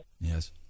Yes